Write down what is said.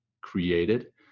created